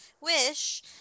wish